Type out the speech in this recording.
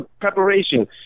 preparation